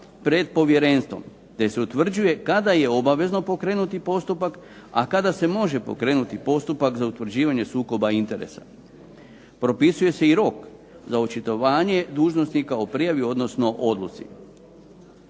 pred povjerenstvom te se utvrđuje kada je obavezno pokrenuti postupak, a kada se može pokrenuti postupak za utvrđivanje sukoba interesa. Propisuje se i rok za očitovanje dužnosnika o prijavi odnosno o odluci.